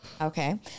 Okay